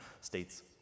states